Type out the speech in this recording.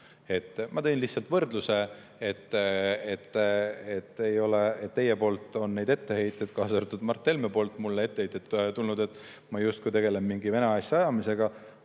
Ma tõin lihtsalt võrdluse, et teilt tuleb neid etteheiteid, kaasa arvatud Mart Helme on mulle ette heitnud, et ma justkui tegelen mingi Vene asja ajamisega.